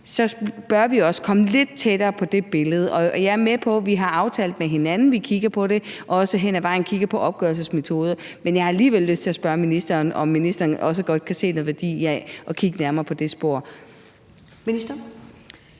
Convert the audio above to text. så bør vi også komme lidt tættere på det billede. Jeg er med på, at vi har aftalt med hinanden, at vi kigger på det og også hen ad vejen kigger på opgørelsesmetoder, men jeg har alligevel lyst til at spørge ministeren, om ministeren også godt kan se noget værdi i at kigge nærmere på det spor. Kl.